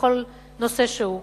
בכל נושא שהוא,